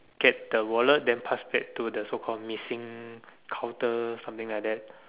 get the wallet than pass back to the so called missing counter something like that